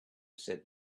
said